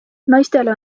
naistele